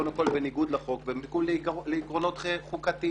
קודם כול בניגוד לחוק ובניגוד לעקרונות חוקתיים.